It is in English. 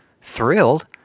thrilled